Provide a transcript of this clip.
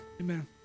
amen